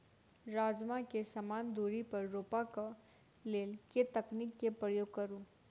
राजमा केँ समान दूरी पर रोपा केँ लेल केँ तकनीक केँ प्रयोग करू?